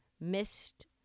missed